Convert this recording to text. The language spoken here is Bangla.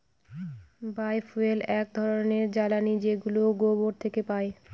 বায় ফুয়েল এক ধরনের জ্বালানী যেগুলো গোবর থেকে পাই